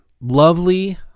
Lovely